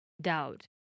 doubt